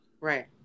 right